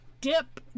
Dip